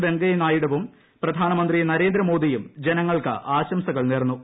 വെങ്കയ്യ നായിഡുവും പ്രധാനമന്ത്രി നരേന്ദ്രമോദിയും ജനങ്ങൾക്ക് ആശംസകൾ നേർന്നു